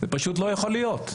זה פשוט לא יכול להיות.